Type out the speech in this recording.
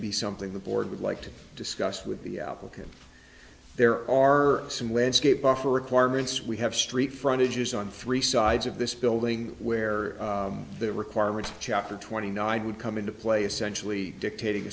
be something the board would like to discuss with the outlook and there are some landscape buffer requirements we have street frontage is on three sides of this building where the requirements chapter twenty nine would come into play essentially dictating